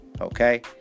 Okay